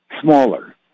Smaller